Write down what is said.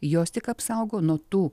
jos tik apsaugo nuo tų